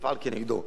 תפעל נגדו.